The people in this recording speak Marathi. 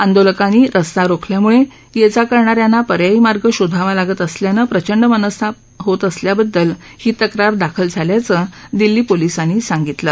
आंदोलनकांनी रस्ता रोखल्याम्ळे ये जा करणाऱ्यांना पर्यायी मार्ग शोधावा लागत असल्यानं प्रचंड मनस्ताप होत असल्याबद्दल ही तक्रार दाखल झाल्याचं दिल्ली पोलीसांनी सांगितलं